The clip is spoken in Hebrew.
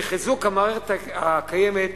לחיזוק המערכת הקיימת,